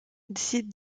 décide